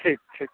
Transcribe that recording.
ठीक ठीक